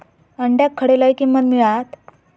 अंड्याक खडे लय किंमत मिळात?